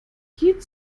geht